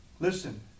Listen